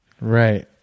Right